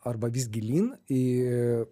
arba vis gilyn į